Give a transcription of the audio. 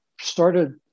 started